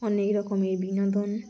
অনেক রকমের বিনোদন